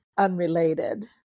unrelated